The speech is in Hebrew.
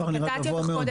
אני נתתי לך קודם,